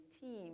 team